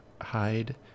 hide